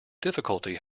difficulty